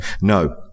No